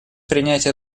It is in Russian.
принятия